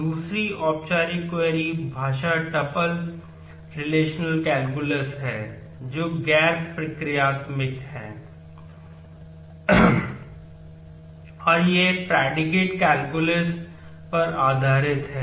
तो औपचारिक रिलेशनल पर आधारित आधारित है